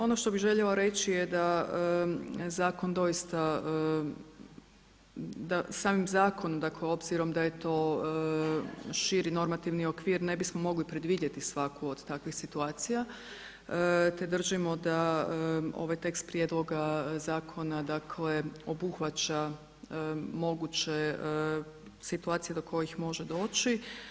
Ono što bih željela reći je da zakon doista, da samim zakonom, dakle obzirom da je to širi normativni okvir ne bismo mogli predvidjeti svaku od takvih situacija te držimo da ovaj tekst prijedloga zakona, dakle obuhvaća moguće situacije do kojih može doći.